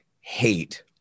hate